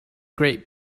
great